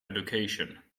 education